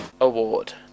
...award